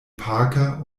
parker